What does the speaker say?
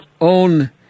own